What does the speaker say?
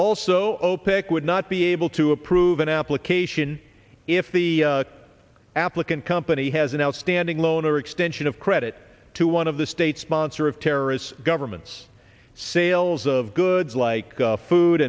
also opec would not be able to approve an application if the applicant company has an outstanding loan or extension of credit to one of the state sponsor of terrorists governments sales of goods like food